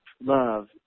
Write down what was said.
love